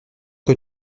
que